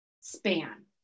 span